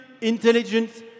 intelligence